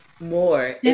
More